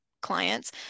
clients